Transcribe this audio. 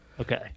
Okay